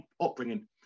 upbringing